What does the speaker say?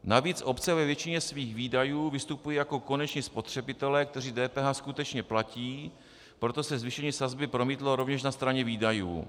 Navíc obce ve většině svých výdajů vystupují jako koneční spotřebitelé, kteří DPH skutečně platí, proto se zvýšení sazby promítlo rovněž na straně výdajů.